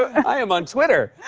i am on twitter.